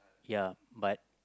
ya but